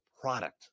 product